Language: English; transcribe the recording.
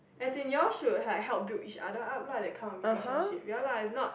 as in you all should had help build each other up lah that kind of relationship ya lah is not